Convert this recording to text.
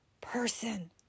person